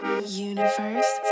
Universe